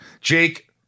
Jake